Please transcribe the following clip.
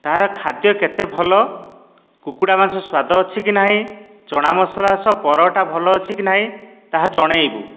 ତାର ଖାଦ୍ୟ କେତେ ଭଲ କୁକୁଡ଼ା ମାଂସ ସ୍ୱାଦ ଅଛି କି ନାହିଁ ଚଣା ମସଲା ସହ ପରଟା ଭଲ ଅଛି କି ନାହିଁ ତାହା ଜଣେଇବୁ